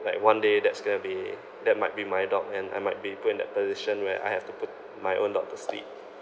like one day that's going to be that might be my dog and I might be put in that position where I have to put my own dog to sleep